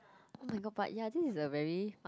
oh-my-god but ya this a very